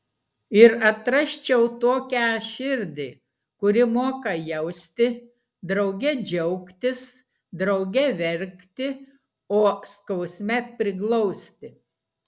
ir atrasčiau tokią širdį kuri moka jausti drauge džiaugtis drauge verkti o skausme priglausti